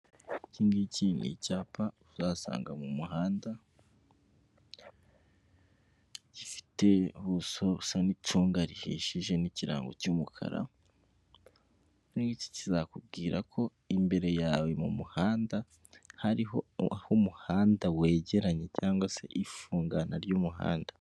Ikindigiki ni icyapa uzasanga mu muhanda, gifite ubuso busa n'icunga rihishije n'ikirango cy'umukara, ikingiki kizakubwira ko imbere yawe mu muhanda hariho aho umuhanda wegeranye cyangwa se ifungana ry'umuhanda.